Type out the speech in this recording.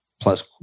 plus